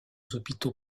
hôpitaux